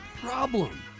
problem